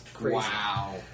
wow